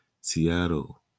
Seattle